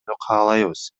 каалайбыз